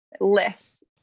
less